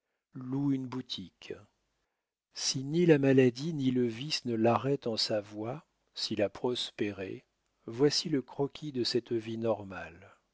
une boutique si ni la maladie ni le vice ne l'arrêtent en sa voie s'il a prospéré voici le croquis de cette vie normale